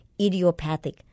idiopathic